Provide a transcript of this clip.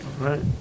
right